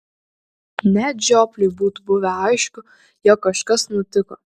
net žiopliui būtų buvę aišku jog kažkas nutiko